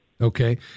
Okay